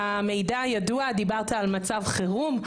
המידע ידוע, דיברת על מצב חירום,